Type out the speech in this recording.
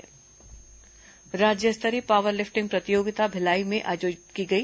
power lifting प्रतियोगिता राज्य स्तरीय पावर लिफ्टिंग प्रतियोगिता भिलाई में आयोजित की गई